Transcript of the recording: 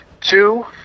two